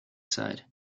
site